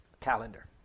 calendar